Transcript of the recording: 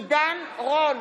עידן רול,